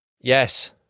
Yes